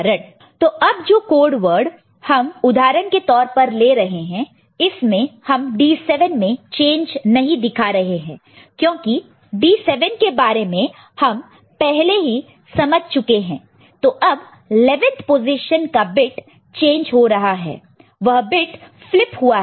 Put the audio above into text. तो अब जो कोड वर्ड हम उदाहरण के तौर पर ले रहे हैं इसमें हम D7 में चेंज नहीं दिखा रहे हैं क्योंकि D7 के बारे में हम पहले ही समझ चुके हैं तो अब 11th पोजीशन का बिट चेंज हो रहा है वह बिट फ्लिप हुआ है